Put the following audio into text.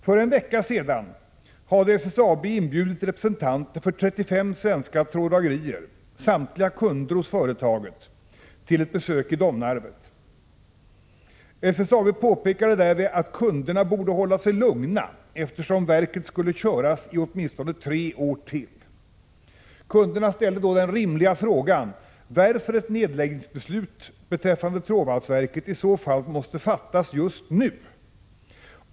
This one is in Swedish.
För en vecka sedan hade SSAB inbjudit representanter för 35 svenska tråddragerier — samtliga kunder hos företaget — till ett besök i Domnarvet. SSAB påpekade därvid att kunderna borde hålla sig lugna, eftersom verket skulle köras i åtminstone tre år till. Kunderna ställde då den rimliga frågan varför ett nedläggningsbeslut beträffande trådvalsverket i så fall måste fattas just nu.